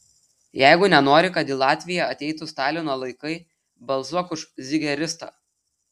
jeigu nenori kad į latviją ateitų stalino laikai balsuok už zigeristą